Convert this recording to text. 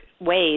ways